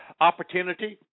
opportunity